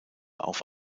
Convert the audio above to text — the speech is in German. auf